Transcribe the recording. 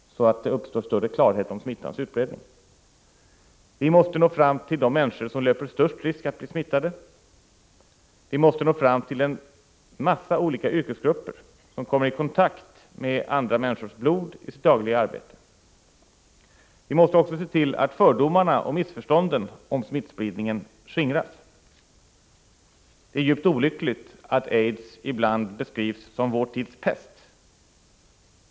Det gäller ju att få större klarhet om smittans utbredning. Vidare måste vi nå fram till de människor som löper den största risken att bli smittade. Vi måste alltså nå fram till en mängd människor inom olika yrkesgrupper som i sitt dagliga arbete kommer i kontakt med andra människors blod. Dessutom måste vi se till att fördomarna och missförstånden skingras när det gäller smittspridningen. Det är djupt olyckligt att aids ibland beskrivs som vår tids pest.